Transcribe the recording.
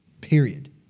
Period